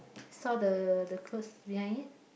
saw the the clothes behind it